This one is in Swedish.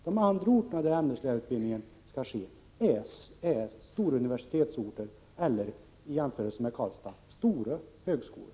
De andra orterna där ämneslärarutbildning skall ske är stora universitetsorter eller har — i jämförelse med Karlstad — stora högskolor.